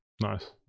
Nice